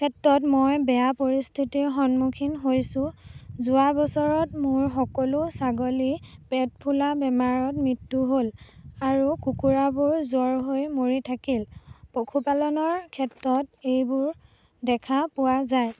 ক্ষেত্ৰত মই বেয়া পৰিস্থিতিৰ সন্মুখীন হৈছোঁ যোৱা বছৰত মোৰ সকলো ছাগলী পেট ফুলা বেমাৰত মৃত্যু হ'ল আৰু কুকুৰাবোৰ জ্বৰ হৈ মৰি থাকিল পশুপালনৰ ক্ষেত্ৰত এইবোৰ দেখা পোৱা যায়